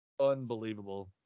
Unbelievable